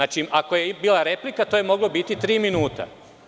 Ako je bila replika, to je moglo biti tri minuta.